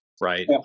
right